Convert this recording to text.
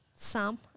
Sam